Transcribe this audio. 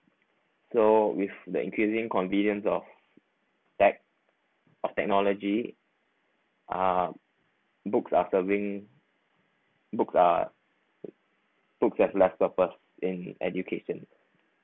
so with the increasing convenience of tech of technology uh books are serving books uh books has left purpose in education